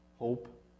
hope